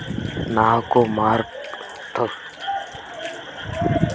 నాకు మార్కెట్ గురించి వివరాలు ఎలా తెలుస్తాయి?